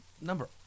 number